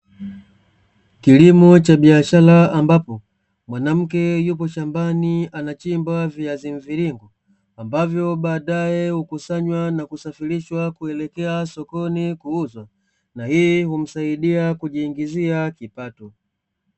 Kilimo cha biashara ambapo mwanamke yuko shambani anachimba viazi mviringo ambavyo baadaye hukusanywa na kusafirishwa kuelekea sokoni kuuzwa na yeye humsaidia kujiingizia kipato.